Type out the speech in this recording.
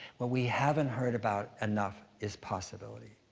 what we haven't heard about enough is possibility.